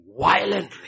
violently